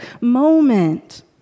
moment